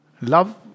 love